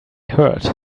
heard